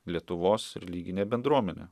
lietuvos religinė bendruomenė